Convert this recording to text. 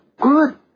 Good